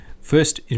first